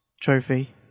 trophy